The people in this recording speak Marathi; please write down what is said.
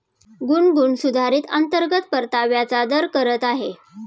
गुनगुन सुधारित अंतर्गत परताव्याचा दर करत आहे